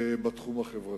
בתחום החברתי.